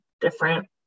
different